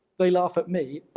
they laugh at me.